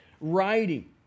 writing